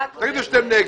תגידו שאתם נגד.